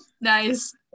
Nice